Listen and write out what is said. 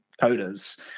coders